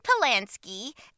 Polanski